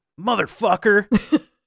motherfucker